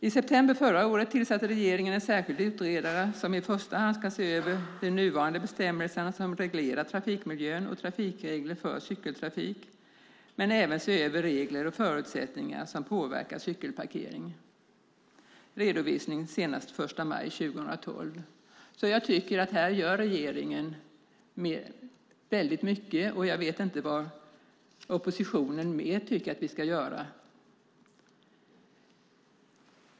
I september förra året tillsatte regeringen en särskild utredare som i första hand ska se över de nuvarande bestämmelser som reglerar trafikmiljön och trafikreglerna för cykeltrafik, men även se över regler och förutsättningar som påverkar cykelparkering. Redovisning ska ske senast den 1 maj 2012. Jag tycker att regeringen gör väldigt mycket. Jag vet inte vad oppositionen tycker att vi ska göra mer.